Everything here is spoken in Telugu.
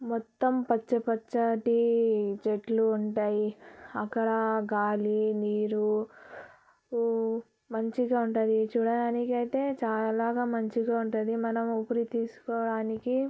మొత్తం పచ్చ పచ్చటి చెట్లు ఉంటాయి అక్కడ గాలి నీరు మంచిగా ఉంటుంది చూడడానికి అయితే చాలా మంచిగా ఉంటుంది మనము ఊపిరి తీసుకోవడానికి